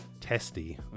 Testy